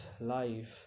life